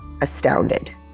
astounded